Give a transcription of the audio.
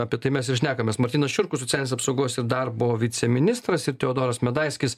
apie tai mes ir šnekamės martynas šiurkus socialinės apsaugos ir darbo viceministras ir teodoras medaiskis